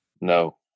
No